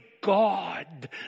God